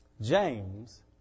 James